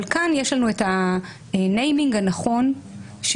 אבל כאן יש לנו את הניימינג הנכון שעולה